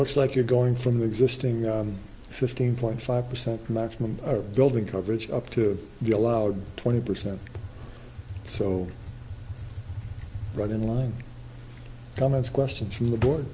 looks like you're going from the existing fifteen point five percent maximum or building coverage up to the allowed twenty percent so right in line comments questions from the board